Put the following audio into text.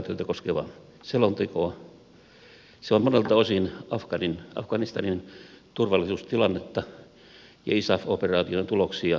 se on monelta osin afganistanin turvallisuustilannetta ja isaf operaation tuloksia kaunisteleva